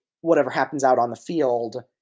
whatever-happens-out-on-the-field